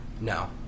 No